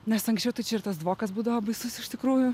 nes anksčiau tai čia ir tas dvokas būdavo baisus iš tikrųjų